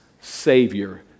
Savior